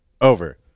Over